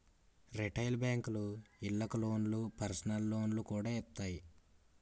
retail బేంకులు ఇళ్ళకి లోన్లు, పర్సనల్ లోన్లు కూడా ఇత్తాయి